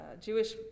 Jewish